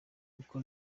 kuko